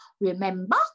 remember